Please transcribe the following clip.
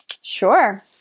Sure